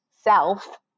self